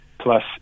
plus